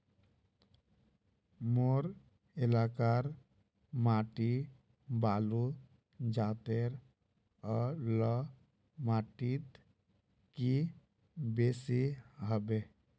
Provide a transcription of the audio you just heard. मोर एलाकार माटी बालू जतेर ओ ला माटित की बेसी हबे?